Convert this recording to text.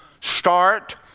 Start